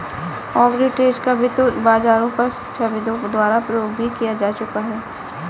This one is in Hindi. आर्बिट्रेज का वित्त बाजारों पर शिक्षाविदों द्वारा प्रयोग भी किया जा चुका है